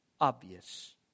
obvious